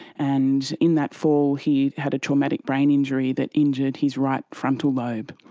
and in that fall he had a traumatic brain injury that injured his right frontal lobe.